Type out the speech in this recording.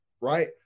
Right